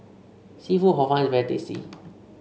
seafood Hor Fun is very tasty